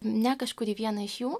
ne kažkurį vieną iš jų